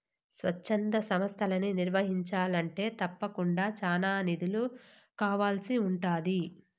స్వచ్ఛంద సంస్తలని నిర్వహించాలంటే తప్పకుండా చానా నిధులు కావాల్సి ఉంటాది